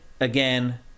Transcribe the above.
again